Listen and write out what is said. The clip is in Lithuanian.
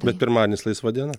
bet pirmadienis laisva diena